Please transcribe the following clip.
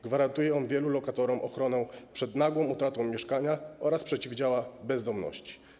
Gwarantuje on wielu lokatorom ochronę przed nagłą utratą mieszkania oraz przeciwdziała bezdomności.